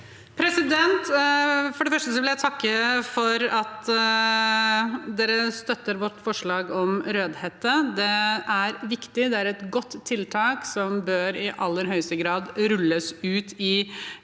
For det første vil jeg takke for at Venstre støtter vårt forslag om Rødhette. Det er viktig. Det er et godt tiltak som i aller høyeste grad bør rulles ut i